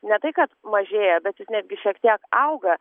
ne tai kad mažėja bet ir netgi šiek tiek auga